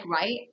right